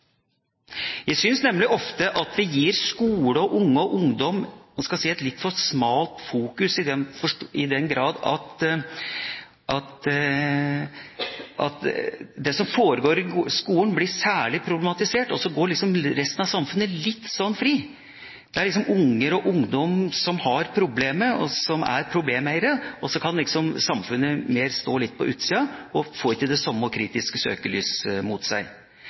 vi ofte gir skole, unge og ungdom et litt for smalt fokus i den forstand at det som foregår i skolen, blir særlig problematisert, og så går resten av samfunnet litt fri. Det er liksom unge og ungdom som har problemet og er problemeiere, og så kan samfunnet stå litt mer på utsiden og ikke få det samme kritiske søkelyset mot seg.